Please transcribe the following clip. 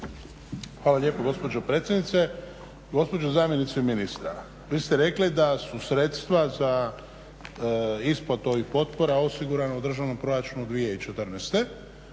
Hvala lijepo gospođo potpredsjednice. Gospođo zamjenice ministra, vi ste rekli da su sredstva za isplatu ovih potpora osigurana u državnom proračunu 2014.zato